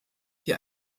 die